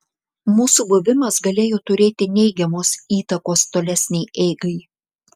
mūsų buvimas galėjo turėti neigiamos įtakos tolesnei eigai